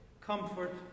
comfort